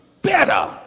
better